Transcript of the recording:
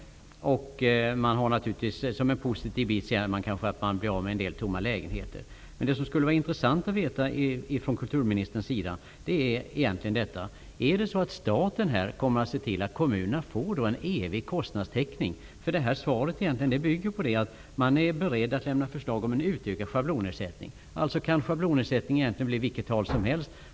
Man ser naturligtvis det positiva i att man blir av med en del tomma lägenheter. Men det som det skulle vara intressant att få besked av kulturministern om är egentligen: Kommer staten att se till att kommunerna får en evig kostnadstäckning? Det här svaret bygger på att man är beredd att lämna förslag om en utökad schablonersättning, alltså kan schablonersättningen egentligen bli vilket tal som helst.